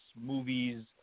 Movies